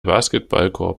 basketballkorb